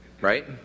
right